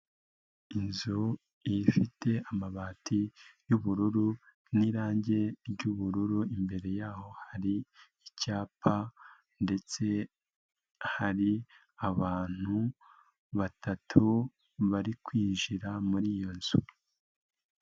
Inzu ifite amabati y'ubururu n'irangi ry'ubururu. Imbere yaho hari icyapa ndetse hari abantu batatu bari kwinjira muri iyo nzu.